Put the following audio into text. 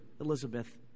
Elizabeth